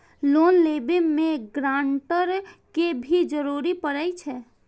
Loan लेबे में grantor के भी जरूरी परे छै?